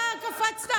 מה אתה קפצת?